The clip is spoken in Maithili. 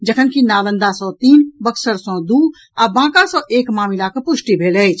जखनकि नालंदा सँ तीन बक्सर सँ दू आ बांका सँ एक मामिलाक पुष्टि भेल अछि